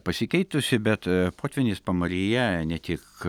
pasikeitusi bet potvynis pamaryje ne tik